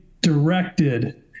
directed